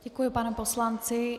Děkuji panu poslanci.